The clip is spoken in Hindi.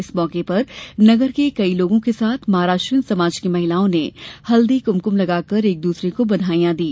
इस मौके पर नगर के कई लोगों के साथ महाराष्ट्रीयन समाज की महिलाएं ने हल्दी कुमकुंम लगाकर एकद्सरे को बधाई दी